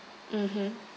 mmhmm